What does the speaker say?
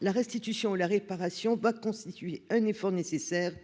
la restitution ou la réparation pas constituer un effort nécessaire,